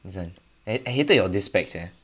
this one I I hated your this specs eh